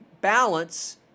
balance